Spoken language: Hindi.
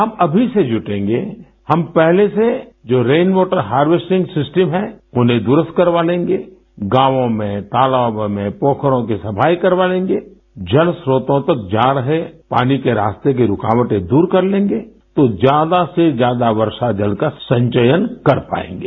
हम अभी से जूटेंगे हम पहले से जो रेन वॉटर हारवेस्टिंग सिस्टम है उन्हें दुरुस्त करवा लेंगे गांवो में तालांबो में पोखरों की सफाई करवा लेंगे जलस्त्रोतों तक जा रहे पानी के रास्ते की रुकावटें दूर कर लेंगे तो ज्यादा से ज्यादा वर्षा जल का संचयन कर पायेंगे